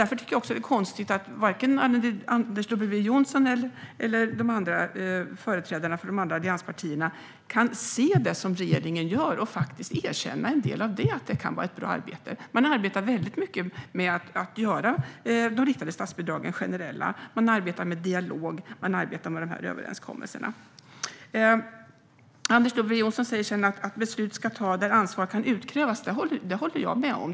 Därför tycker jag att det är konstigt att varken Anders W Jonsson eller företrädarna för de andra allianspartierna kan se det som regeringen gör och faktiskt erkänna en del av det, att det kan vara ett bra arbete. Regeringen arbetar mycket med att göra de riktade statsbidragen generella. Man arbetar med dialog. Man arbetar med de här överenskommelserna. Anders W Jonsson säger att beslut ska fattas där ansvar kan utkrävas. Det håller jag med om.